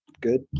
good